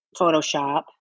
Photoshop